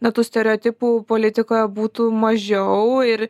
na tų stereotipų politikoje būtų mažiau ir